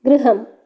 गृहम्